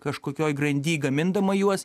kažkokioj grandy gamindama juos